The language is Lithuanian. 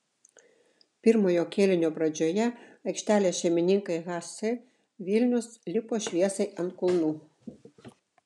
pirmojo kėlinio pradžioje aikštelės šeimininkai hc vilnius lipo šviesai ant kulnų